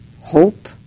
hope